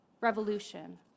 revolution